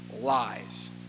Lies